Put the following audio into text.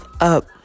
up